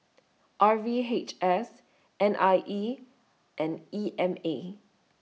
R V H S N I E and E M A